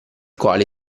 quale